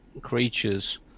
creatures